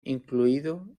incluido